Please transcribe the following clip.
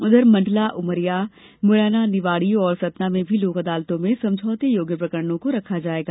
उधर मंडला उमरिया मुरैना निवाड़ी और सतना में भी लोक अदालतों में समझौता योग्य प्रकरणों को रखा जायेगा